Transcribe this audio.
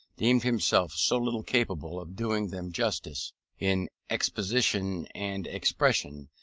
deemed himself so little capable of doing them justice in exposition and expression,